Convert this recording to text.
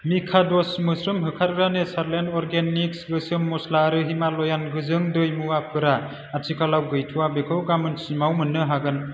मिकादस मोस्रोम होखारग्रा नेसारलेण्ड अर्गेनिक्स गोसोम मस्ला आरो हिमालयान गोजों दै मुवाफोरा आथिखालाव गैथ'वा बेखौ गामोनसिमाव मोन्नो हागोन